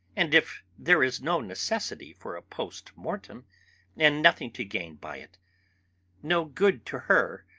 and if there is no necessity for a post-mortem and nothing to gain by it no good to her,